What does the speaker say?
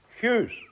Hughes